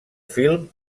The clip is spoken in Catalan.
film